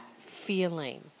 feeling